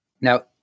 now